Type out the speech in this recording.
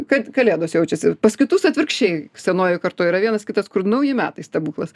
kad kalėdos jaučiasi pas kitus atvirkščiai senojoj kartoj yra vienas kitas kur nauji metai stebuklas